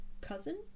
cousin